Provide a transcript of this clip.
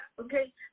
okay